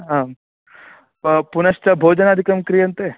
आम् पुनश्च भोजनादिकं क्रियन्ते